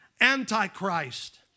antichrist